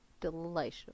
delicious